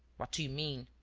what do you mean?